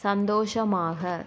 சந்தோஷமாக